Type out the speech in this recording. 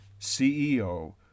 CEO